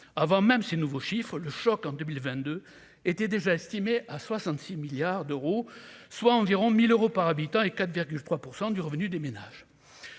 avant même ces nouveaux chiffres le choc en 2022 étaient déjà estimé à 66 milliards d'euros, soit environ mille euros par habitant et 4,3 % du revenu des ménages